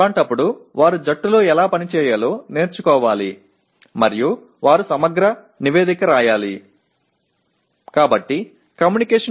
அவ்வாறான நிலையில் அவர்கள் ஒரு குழுவில் எவ்வாறு பணியாற்றுவது என்பதைக் கற்றுக் கொள்ள வேண்டும் மேலும் அவர்கள் ஒரு விரிவான அறிக்கையை எழுத வேண்டும்